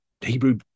Hebrew